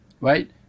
right